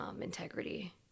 integrity